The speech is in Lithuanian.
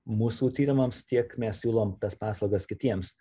mūsų tyrimams tiek mes siūlom tas paslaugas kitiems